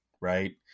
right